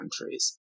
countries